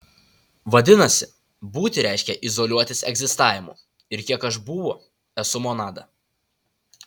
vadinasi būti reiškia izoliuotis egzistavimu ir kiek aš būvu esu monada